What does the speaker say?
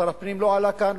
שר הפנים לא עלה כאן,